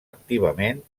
activament